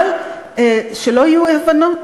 אבל שלא יהיו אי-הבנות,